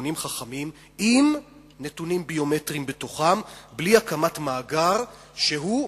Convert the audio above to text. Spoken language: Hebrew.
ודרכונים חכמים עם נתונים ביומטריים בתוכם בלי הקמת מאגר שהוא,